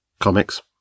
comics